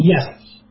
Yes